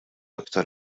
iktar